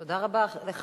תודה רבה לך,